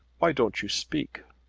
why don't you speak?